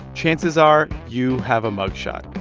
chances are you have a mug shot.